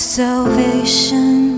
salvation